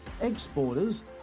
Exporters